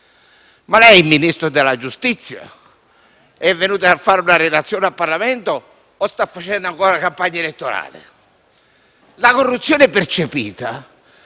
che lei è il Ministro della giustizia: è venuto a fare una relazione al Parlamento o sta facendo ancora campagna elettorale? La corruzione percepita